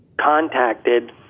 contacted